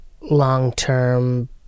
long-term